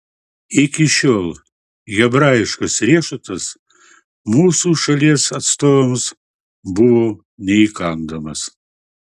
iki šiol hebrajiškas riešutas mūsų šalies atstovams buvo neįkandamas